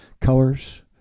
colors